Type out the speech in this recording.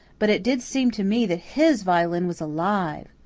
but it did seem to me that his violin was alive.